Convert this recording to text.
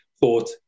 thought